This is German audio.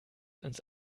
ins